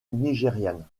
nigériane